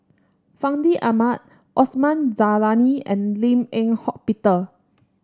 Fandi Ahmad Osman Zailani and Lim Eng Hock Peter